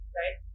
right